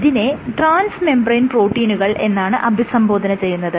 ഇതിനെ transmembrane പ്രോട്ടീനുകൾ എന്നാണ് അഭിസംബോധന ചെയ്യുന്നത്